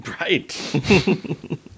Right